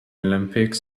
olympics